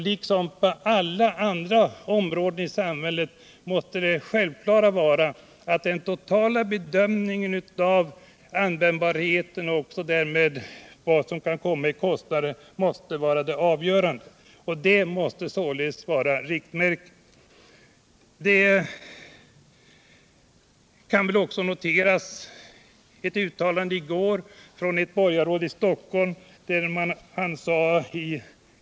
Liksom på alla andra områden i samhället måste givetvis den totala bedömningen av användbarheten och de kostnader som kan uppstå i samband därmed vara det avgörande riktmärket. Noteras kan också ett uttalande som gjordes i går av ett borgarråd i Stockholm.